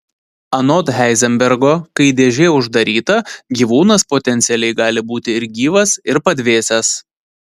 anot heizenbergo kai dėžė uždaryta gyvūnas potencialiai gali būti ir gyvas ir padvėsęs